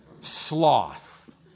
Sloth